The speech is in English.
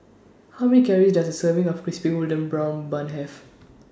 How Many Calories Does A Serving of Crispy Golden Brown Bun Have